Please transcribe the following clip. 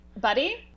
buddy